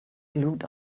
glued